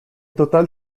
total